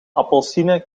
appelsienen